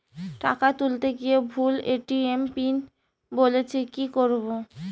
টাকা তুলতে গিয়ে ভুল এ.টি.এম পিন বলছে কি করবো?